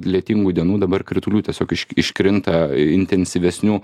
lietingų dienų dabar kritulių tiesiog iš iškrinta intensyvesnių